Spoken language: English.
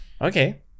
Okay